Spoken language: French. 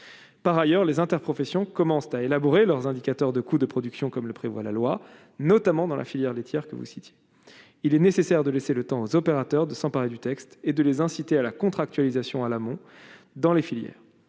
par ailleurs les interprofessions commencent à élaborer leurs indicateurs de coûts de production, comme le prévoit la loi, notamment dans la filière laitière que vous citiez, il est nécessaire de laisser le temps aux opérateurs de s'emparer du texte et de les inciter à la contractualisation à l'amont dans les filières